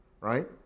right